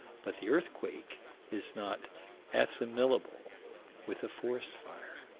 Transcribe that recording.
but the earthquake is not assimilable with a forest fire.